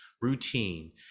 routine